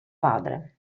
padre